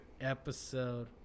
episode